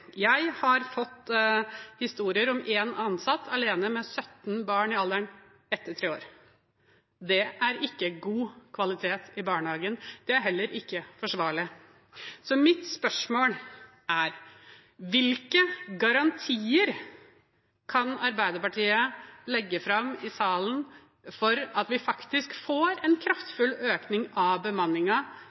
Jeg har fått historier om én ansatt alene med 17 barn i alderen 1–3 år. Det er ikke god kvalitet i barnehagen. Det er heller ikke forsvarlig. Så mitt spørsmål er: Hvilke garantier kan Arbeiderpartiet legge fram i salen for at vi faktisk får en kraftfull økning av